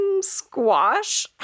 squash